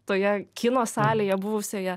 toje kino salėje buvusioje